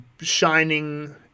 shining